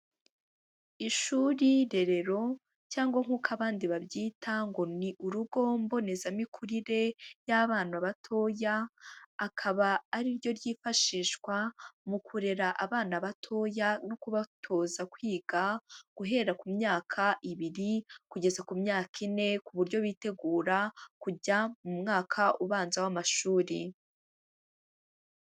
Ishuri rerero cyangwa nk'uko abandi babyita ngo ni urugo mbonezamikurire y'abana batoya, akaba ariryo ryifashishwa mu kurera abana batoya no kubatoza kwiga guhera ku myaka ibiri kugeza ku myaka ine, ku buryo bitegura kujya mu mwaka ubanza w'amashuri.